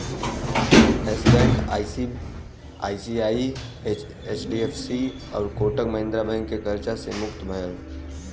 yes bank ICICI, HDFC आउर Kotak Mahindra bank के कर्जा से मुक्त भयल